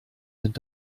sind